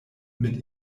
mit